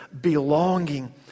belonging